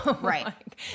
Right